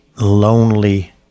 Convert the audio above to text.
lonely